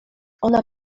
ona